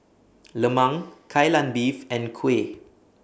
Lemang Kai Lan Beef and Kuih